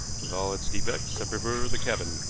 with all its defects i prefer the cabin.